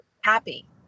happy